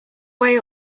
way